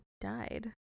died